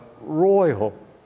royal